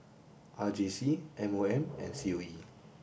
R J C M O M and C O E